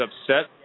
upset